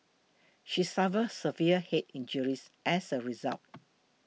she suffered severe head injuries as a result